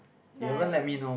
like